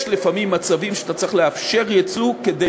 יש לפעמים מצבים שאתה צריך לאפשר ייצוא כדי